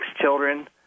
children